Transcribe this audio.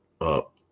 up